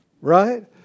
right